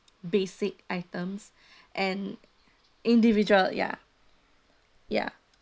basic items and individual ya ya